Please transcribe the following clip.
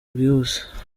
bwihuse